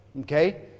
Okay